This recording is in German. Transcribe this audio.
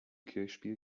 kirchspiel